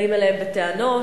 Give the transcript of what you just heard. באים אליהם בטענות.